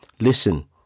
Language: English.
Listen